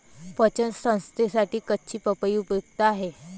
पचन संस्थेसाठी कच्ची पपई उपयुक्त आहे